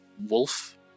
wolf